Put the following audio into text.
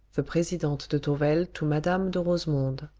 the presidente de tourvel to madame de rosemonde.